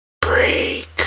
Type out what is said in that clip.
Break